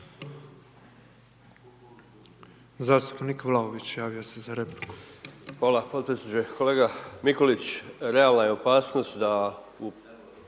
Zastupnik Vlaović javio se za repliku.